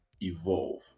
evolve